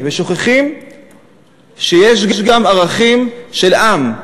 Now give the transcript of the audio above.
ושוכחים שיש גם ערכים של עם,